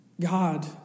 God